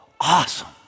awesome